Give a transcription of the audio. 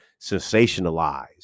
sensationalized